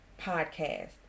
podcast